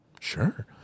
Sure